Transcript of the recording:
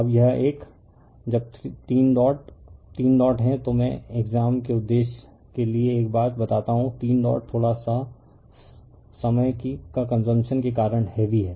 अब यह एक जब 3 डॉट 3 डॉट हैं तो मैं एक्साम के उद्देश्य के लिए एक बात बताता हूं 3 डॉट थोड़ा सा समय की कंसम्पशन के कारण हैवी हैं